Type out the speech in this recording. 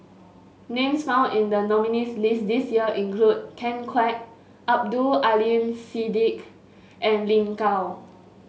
names found in the nominees' list this year include Ken Kwek Abdul Aleem Siddique and Lin Gao